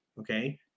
Okay